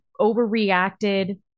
overreacted